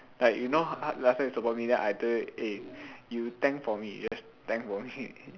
like you know h~ how last time you support me then I told you eh you tank for me just tank for me